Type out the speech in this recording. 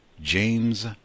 James